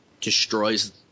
destroys